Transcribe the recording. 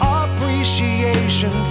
appreciation